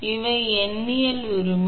எனவே இவை எண்ணியல் உரிமை